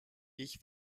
ich